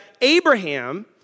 Abraham